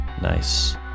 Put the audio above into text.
Nice